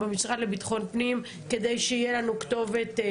במשרד לביטחון פנים כדי שיהיה לנו כתובת.